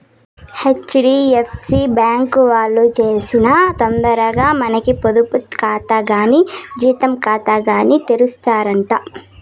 HDFC bank వాల్లు సేనా తొందరగా మనకి పొదుపు కాతా కానీ జీతం కాతాగాని తెరుస్తారట